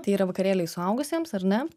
tai yra vakarėliai suaugusiems ar ne